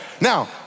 Now